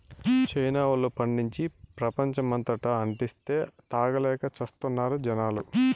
China వోల్లు పండించి, ప్రపంచమంతటా అంటిస్తే, తాగలేక చస్తున్నారు జనాలు